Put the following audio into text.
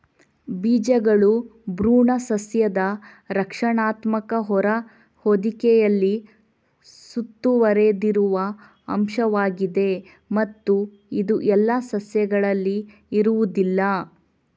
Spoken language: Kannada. ಬೀಜಗಳು ಭ್ರೂಣ ಸಸ್ಯದ ರಕ್ಷಣಾತ್ಮಕ ಹೊರ ಹೊದಿಕೆಯಲ್ಲಿ ಸುತ್ತುವರೆದಿರುವ ಅಂಶವಾಗಿದೆ ಮತ್ತು ಇದು ಎಲ್ಲಾ ಸಸ್ಯಗಳಲ್ಲಿ ಇರುವುದಿಲ್ಲ